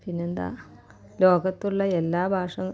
പിന്നെന്താണ് ലോകത്തുള്ള എല്ലാ ഭാഷ